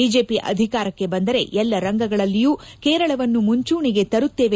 BJP ಅಧಿಕಾರಕ್ಕೆ ಬಂದರೆ ಎಲ್ಲ ರಂಗಗಳಲ್ಲಿಯೂ ಕೇರಳವನ್ನು ಮುಂಚೂಣಿಗೆ ತರುತ್ತೇವೆ